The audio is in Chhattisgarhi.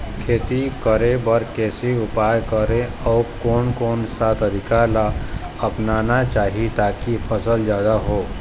खेती करें बर कैसे उपाय करें अउ कोन कौन सा तरीका ला अपनाना चाही ताकि फसल जादा हो?